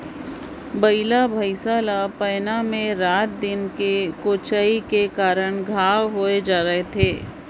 बइला भइसा ला पैना मे राएत दिन कर कोचई कर कारन घांव होए जाए रहथे